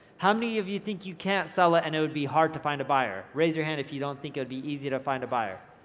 how many of you think you can't sell it ah and it would be hard to find a buyer? raise your hand if you don't think it would be easy to find a buyer,